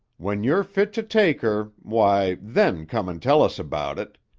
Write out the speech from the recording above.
when you're fit to take her, why, then come and tell us about it,